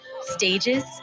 stages